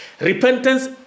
Repentance